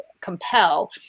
compel